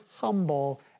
humble